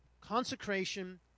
consecration